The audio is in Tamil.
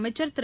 அமைச்சர் திரு